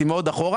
היא מאוד אחורה.